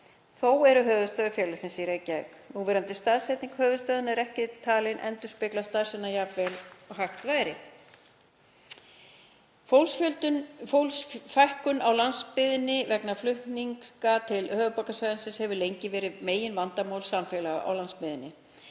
Þó eru höfuðstöðvar félagsins í Reykjavík. Núverandi staðsetning höfuðstöðvanna er ekki talin endurspegla starfsemina jafn vel og hægt væri. […] Fólksfækkun á landsbyggðinni vegna flutninga til höfuðborgarsvæðisins hefur lengi verið meginvandamál samfélaga á landsbyggðinni.